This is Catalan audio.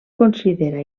considera